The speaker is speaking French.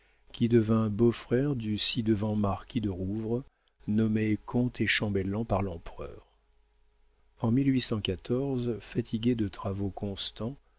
qui devint beau-frère du ci-devant marquis de rouvre nommé comte et chambellan par l'empereur en fatigué de travaux constants